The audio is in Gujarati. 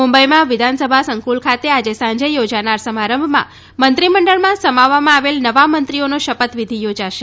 મુંબઈમાં વિધાનસભા સંકુલ ખાતે આજે સાંજે યોજાનાર સમારંભમાં મંત્રીમંડળમાં સમાવવામાં આવેલ નવા મંત્રીઓનો શપથવિધિ યોજાશે